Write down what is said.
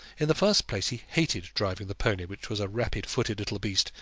in the first place, he hated driving the pony, which was a rapid-footed little beast,